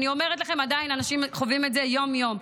אני אומרת לכם: עדיין אנשים חווים את זה יום-יום.